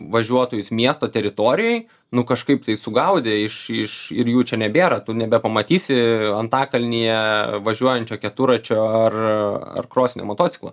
važiuotojus miesto teritorijoj nu kažkaip tai sugaudė iš iš ir jų čia nebėra tu nebepamatysi antakalnyje važiuojančio keturračio ar ar krosinio motociklo